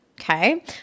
Okay